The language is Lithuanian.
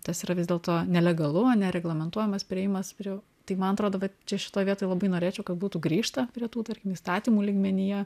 tas yra vis dėlto nelegalu ane reglamentuojamas priėjimas prie tai man atrodo vat čia šitoj vietoj labai norėčiau kad būtų grįžta prie tų tarkim įstatymų lygmenyje